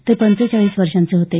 ते पंचेचाळीस वर्षांचे होते